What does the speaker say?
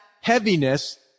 heaviness